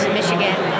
Michigan